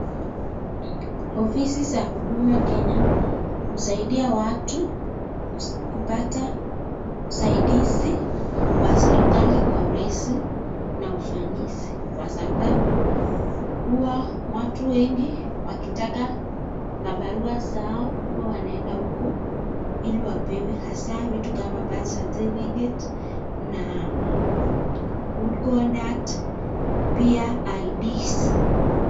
Ofisi za huduma Kenya husaidia watu kuoata usaidizi wa serikali kwa urahisi na ufanisi kwa sababu hua watu wengi wakitaka mabarua zao wanaenda huko ili wapewe hasa vitu kama vile birth certificate] na Good conduct . Pia ID's.